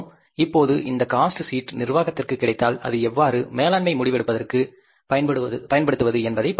இப்போது இந்த cost sheet நிர்வாகத்திற்கு கிடைத்தால் அது எவ்வாறு மேலாண்மை முடிவு எடுப்பதற்கு பயன்படுத்துவது என்பதை பார்க்கலாம்